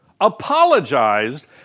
apologized